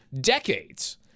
decades